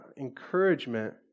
encouragement